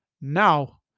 Now